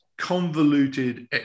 convoluted